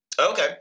Okay